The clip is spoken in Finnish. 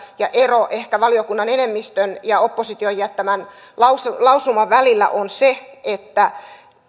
ja ehkä ero valiokunnan enemmistön ja opposition jättämän lausuman lausuman välillä on se että